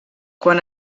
quan